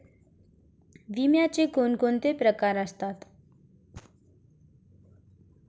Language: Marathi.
विम्याचे कोणकोणते प्रकार आहेत?